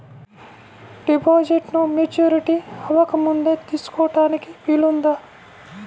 డిపాజిట్ను మెచ్యూరిటీ అవ్వకముందే తీసుకోటానికి వీలుందా?